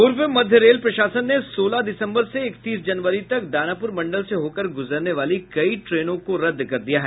पूर्व मध्य रेल प्रशासन ने सोलह दिसम्बर से इकतीस जनवरी तक दानापुर मंडल से होकर गुजरने वाली कई ट्रेनों को रद्द कर दिया है